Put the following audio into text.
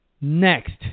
Next